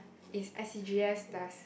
is S_C_G_S plus